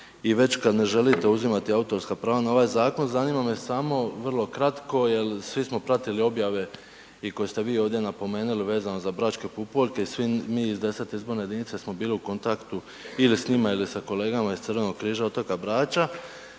i već kad ne želite uzimati autorska prava na ovaj zakon zanima me samo vrlo kratko jel svi smo pratili objave i koje ste vi ovdje napomenuli vezano za Bračke pupoljke i svi mi 10. izborne jedinice smo bili u kontaktu ili s njima ili s kolegama iz Crvenog križa otoka Brača.